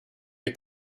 are